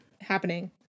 happening